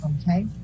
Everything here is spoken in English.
Okay